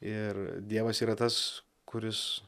ir dievas yra tas kuris